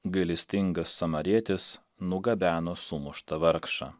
gailestingas samarietis nugabeno sumuštą vargšą